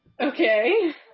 Okay